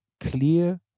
clear